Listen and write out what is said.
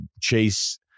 chase